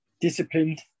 Disciplined